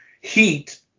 heat